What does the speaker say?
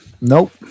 Nope